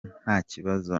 ntakibazo